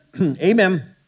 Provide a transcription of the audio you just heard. Amen